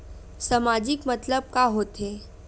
सामाजिक मतलब का होथे?